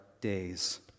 days